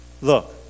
Look